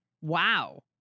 Wow